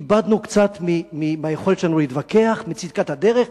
איבדנו קצת מהיכולת שלנו להתווכח על צדקת הדרך.